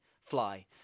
fly